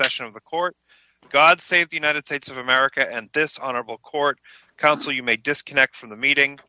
session of the court god save the united states of america and this honorable court counsel you may disconnect from the meeting